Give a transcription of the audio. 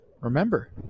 remember